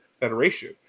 Federation